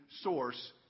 source